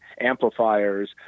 amplifiers